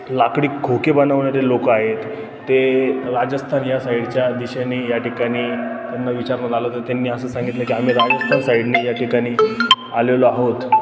लाकडी खोके बनवणारे लोक आहेत ते राजस्थान या साईडच्या दिशेनी या ठिकाणी त्यांना विचारून आलं तर त्यांनी असं सांगितलं की आम्ही राजस्थान साईडनी या ठिकाणी आलेलो आहोत